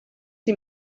sie